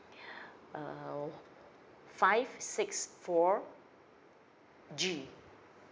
err five six four G